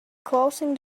closing